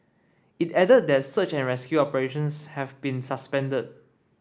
it added that search and rescue operations have been suspended